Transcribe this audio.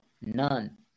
none